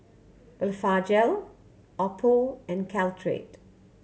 Blephagel Oppo and Caltrated